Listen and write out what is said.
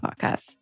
podcast